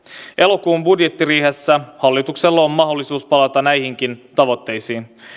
elokuun budjettiriihessä hallituksella on mahdollisuus palata näihinkin tavoitteisiin